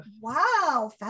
Wow